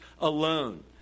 alone